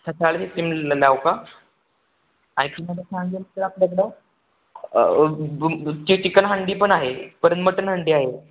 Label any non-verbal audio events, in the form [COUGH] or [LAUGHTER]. सकाळी तीनला लाव का [UNINTELLIGIBLE] ते चिकन हंडी पण आहे परंत मटन हंडी आहे